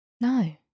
No